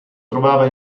trovava